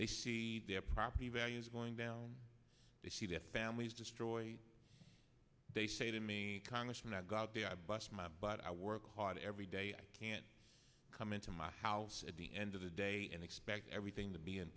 they see their property values going down they see their families destroyed they say to me congressman i go out there i bust my butt i work hard every day i can't come into my house at the end of the day and expect everything to be in